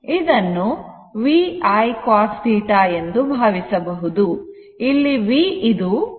ಇದನ್ನುVI cos θ ಎಂದು ಭಾವಿಸಬಹುದು